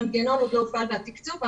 לגבי התקצוב.